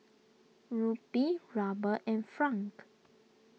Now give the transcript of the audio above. Rupee Ruble and Franc